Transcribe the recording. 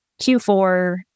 Q4